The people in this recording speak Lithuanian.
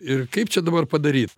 ir kaip čia dabar padaryt